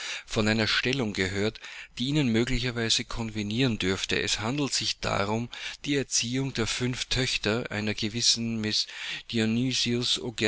von einer stellung gehört die ihnen möglicherweise konvenieren dürfte es handelt sich darum die erziehung der fünf töchter einer gewissen